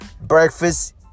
Breakfast